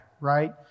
right